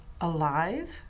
Alive